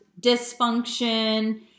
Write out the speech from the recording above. dysfunction